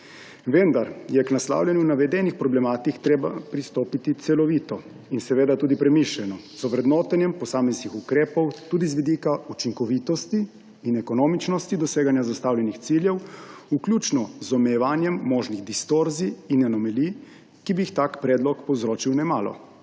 Vendar je k naslavljanju navedenih problematik treba pristopiti celovito in tudi premišljeno z vrednotenjem posameznih ukrepov tudi z vidika učinkovitosti in ekonomičnosti doseganja zastavljenih ciljev, vključno z omejevanjem možnih distorzij in anomalij, ki bi jih tak predlog povzročil nemalo.